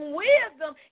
wisdom